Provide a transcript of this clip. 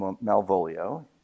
Malvolio